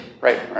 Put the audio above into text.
right